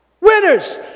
Winners